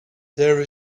there